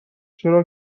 چرا